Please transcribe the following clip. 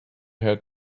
had